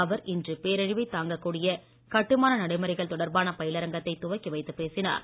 அவர் இன்று பேரழிவைத் தாங்க கூடிய கட்டுமான நடைமுறைகள் தொடர்பான பயிலரங்கத்தை துவக்கி வைத்து பேசினார்